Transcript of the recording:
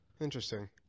Interesting